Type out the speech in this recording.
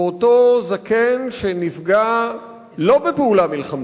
ואותו זקן, שנפגע לא בפעולה מלחמתית,